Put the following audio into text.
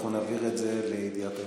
אנחנו נעביר את זה לידיעת היושב-ראש.